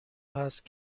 هست